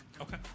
okay